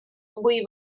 vull